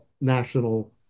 national